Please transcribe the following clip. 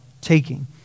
taking